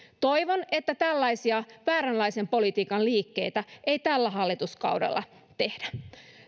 toivon että tällaisia vääränlaisen politiikan liikkeitä ei tällä hallituskaudella tehdä